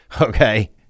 okay